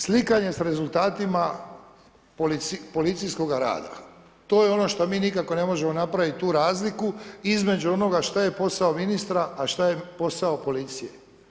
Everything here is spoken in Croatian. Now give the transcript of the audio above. Slikanje s rezultatima policijskoga rada, to je ono što mi nikako ne možemo napraviti razliku između onoga što je posao ministra što je posao policije.